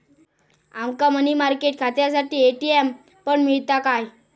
आमका money market खात्यासाठी ATM पण मिळता काय?